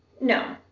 No